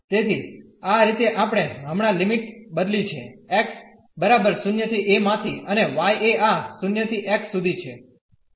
તેથી આ રીતે આપણે હમણાં લિમિટ બદલી છે x0 ¿a માથી અને y એ આ 0 ¿x સુધી છે